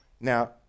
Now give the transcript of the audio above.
Now